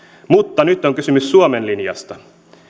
mutta nyt on kysymys suomen linjasta